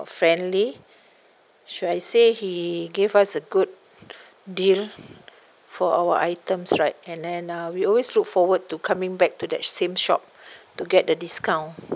friendly should I say he gave us a good deal for our items right and then uh we always look forward to coming back to that same shop to get the discount